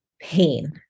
pain